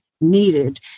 needed